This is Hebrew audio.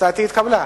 הצעתי נתקבלה.